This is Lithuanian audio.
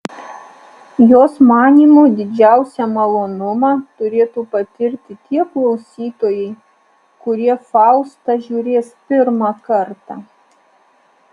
jos manymu didžiausią malonumą turėtų patirti tie klausytojai kurie faustą žiūrės pirmą kartą